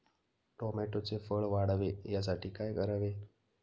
टोमॅटोचे फळ वाढावे यासाठी काय करावे?